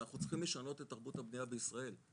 אנחנו צריכים לשנות את תרבות הבנייה בישראל,